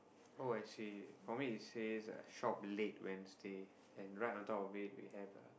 oh I see for me it says uh shop late wednesday and right on top of it we have a